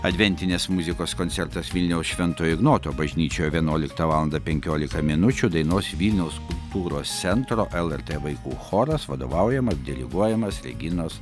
adventinės muzikos koncertas vilniaus švento ignoto bažnyčioj vienuoliktą valandą penkiolika minučių dainuos vilniaus kultūros centro lrt vaikų choras vadovaujamas diriguojamas reginos